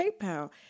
PayPal